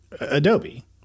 Adobe